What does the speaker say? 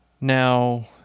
now